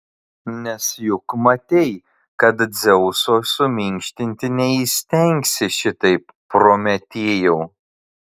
nes juk matei kad dzeuso suminkštinti neįstengsi šitaip prometėjau